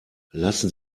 lassen